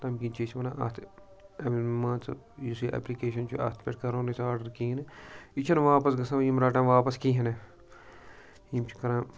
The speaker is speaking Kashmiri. تَمہِ کِنۍ چھِ أسۍ وَنان اَتھ اَمہِ مان ژٕ یُس یہِ ایپلِکیشَن چھِ اَتھ پٮ۪ٹھ کَرو نہٕ أسۍ آرڈَر کِہیٖنۍ نہٕ یہِ چھَنہٕ واپَس گژھان یِم رَٹان واپَس کِہیٖنۍ نہٕ یِم چھِ کَران